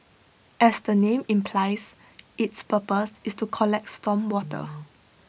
as the name implies its purpose is to collect storm water